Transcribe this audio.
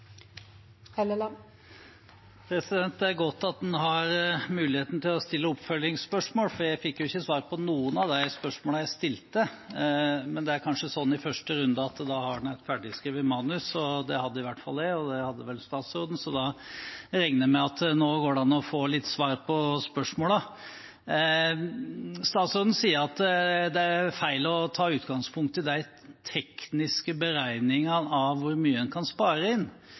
Det er godt at en har muligheten til å stille oppfølgingsspørsmål, for jeg fikk jo ikke svar på noen av de spørsmålene jeg stilte. Men det er kanskje sånn i første runde at da har en et ferdigskrevet manus – det hadde i hvert fall jeg, og det hadde vel statsråden – så da regner jeg med at nå går det an å få litt svar på spørsmålene. Statsråden sier at det er feil å ta utgangspunkt i de tekniske beregningene av hvor mye en kan spare inn.